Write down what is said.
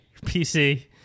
PC